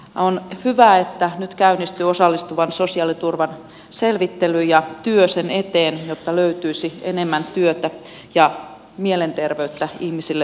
on hyvä että nyt käynnistyy osallistavan sosiaaliturvan selvittely ja työ sen eteen jotta löytyisi enemmän työtä ja mielenterveyttä ihmisille työn kautta